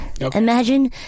Imagine